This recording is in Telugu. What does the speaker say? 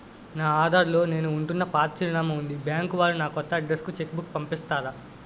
నా ఆధార్ లో నేను ఉంటున్న పాత చిరునామా వుంది బ్యాంకు వారు నా కొత్త అడ్రెస్ కు చెక్ బుక్ పంపిస్తారా?